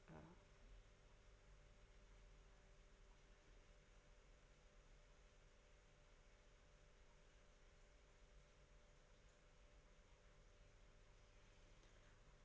uh